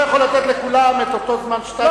אני לא יכול לתת לכולם את אותו זמן שאתה דיברת.